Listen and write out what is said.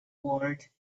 ward